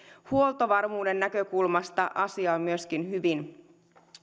huoltovarmuuden näkökulmasta asia on hyvin